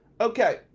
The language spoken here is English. okay